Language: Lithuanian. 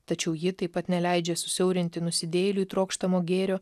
tačiau ji taip pat neleidžia susiaurinti nusidėjėliui trokštamo gėrio